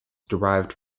derived